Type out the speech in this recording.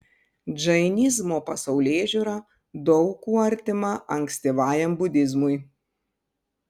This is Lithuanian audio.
džainizmo pasaulėžiūra daug kuo artima ankstyvajam budizmui